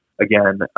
again